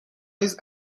نیز